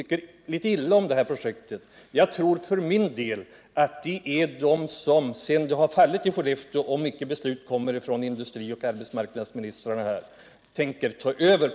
Avser regeringen så här omedelbart före det att den nya jordförvärvslagen skall träda i kraft godkänna Växjö och Linköpings stifts köp av mark? 2.